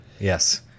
yes